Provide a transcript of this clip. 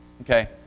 Okay